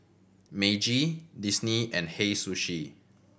Meiji Disney and Hei Sushi